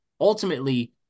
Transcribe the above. Ultimately